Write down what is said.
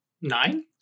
nine